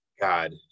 God